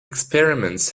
experiments